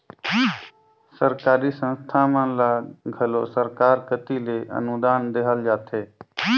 सरकारी संस्था मन ल घलो सरकार कती ले अनुदान देहल जाथे